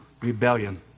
rebellion